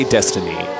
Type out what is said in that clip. Destiny